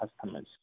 customers